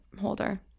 holder